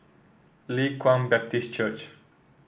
Leng Kwang Baptist Church